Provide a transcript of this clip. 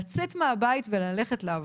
האיסור לצאת מהבית וללכת לעבוד.